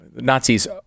Nazis